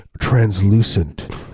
translucent